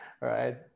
right